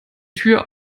tür